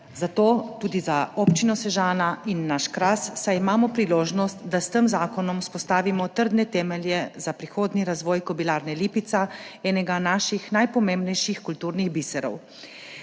državo, tudi za Občino Sežana in naš Kras, saj imamo priložnost, da s tem zakonom vzpostavimo trdne temelje za prihodnji razvoj Kobilarne Lipica, enega naših najpomembnejših kulturnih biserov.